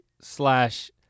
slash